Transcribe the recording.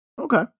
Okay